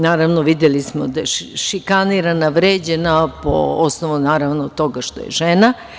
Naravno, videli smo da je šikanirana, vređana po osnovu toga što je žena.